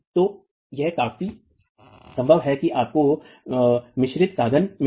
तो यह काफी संभव है कि आपको मिश्रित साधन मिलें